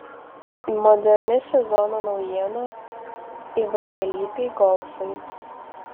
moderni sezono naujiena įvairialypiai golfai